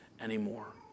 anymore